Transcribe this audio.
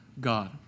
God